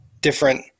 different